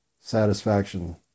satisfaction